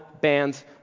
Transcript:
bands